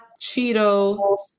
Cheeto